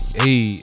hey